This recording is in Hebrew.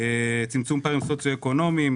צמצום פערים סוציו אקונומיים,